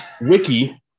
Wiki